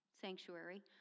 sanctuary